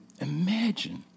Imagine